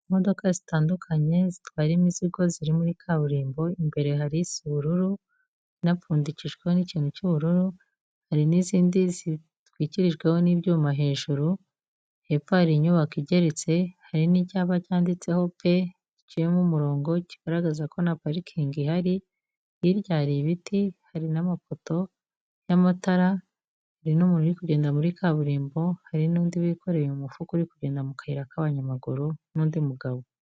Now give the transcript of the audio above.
Imodoka zitandukanye zitwara imizigo ziri muri kaburimbo, imbere hari isa ubururu, inapfundikijweho n'ikintu cy'ubururu, hari n'izindi zitwikirijweho n'ibyuma hejuru, hepfo hari inyubako igeretse, hari n'icyapa cyanditseho pe, giciyemo umurongo kigaragaza ko nta parikingi ihari, hirya hari ibiti, hari n'amapoto y'amatara, hari n'umuntu uri kugenda muri kaburimbo, hari n'undi wikoreye umufuka uri kugenda mu kayira k'abanyamaguru, n'undi mugabo.